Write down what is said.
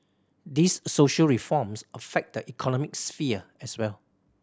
these social reforms affect the economic sphere as well